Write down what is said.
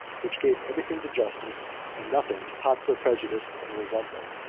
which gave every thing to justice, and nothing to popular prejudice and resentment.